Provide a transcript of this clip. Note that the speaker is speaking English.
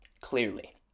clearly